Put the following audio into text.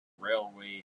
railway